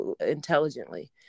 intelligently